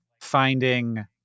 finding